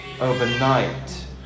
overnight